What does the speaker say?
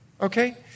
okay